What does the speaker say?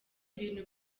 ibintu